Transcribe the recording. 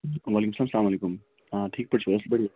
وعلیکُم السلام السلام علیکُم آ ٹھیٖک پٲٹھۍ چھُو اَصٕل پٲٹھی